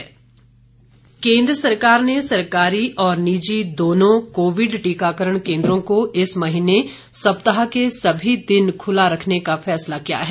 टीकाकरण केन्द्र केन्द्र सरकार ने सरकारी और निजी दोनों कोविड टीकाकरण केंद्रों को इस महीने सप्ताह के सभी दिन खुला रखने का फैसला किया है